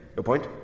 your point?